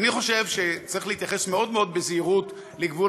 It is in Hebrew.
אני חושב שצריך להתייחס מאוד מאוד בזהירות לגבול